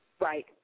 right